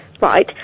Right